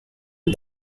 and